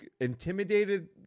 intimidated